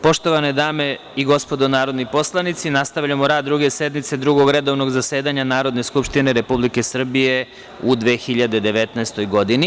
Poštovane dame i gospodo narodni poslanici, nastavljamo rad Druge sednice Drugog redovnog zasedanja Narodne skupštine Republike Srbije u 2019. godini.